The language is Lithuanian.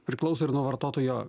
priklauso ir nuo vartotojo